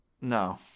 No